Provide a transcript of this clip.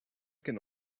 can